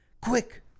Quick